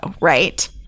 right